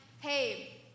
hey